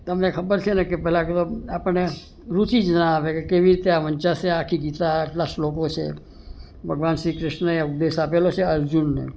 તમને ખબર છેને કે પેલા તો આપણ ને રુચિ જ ના આવે કે કેવી રીતે વંચાશે આ ગીતા આટલા શ્લોકો છે ભગવાન શ્રી કૃષ્ણએ ઉપદેશ આપેલો છે અર્જુનને